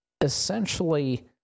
essentially